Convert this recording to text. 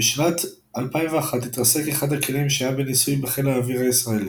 בשנת 2001 התרסק אחד הכלים כשהיה בניסוי בחיל האוויר הישראלי.